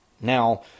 Now